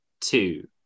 two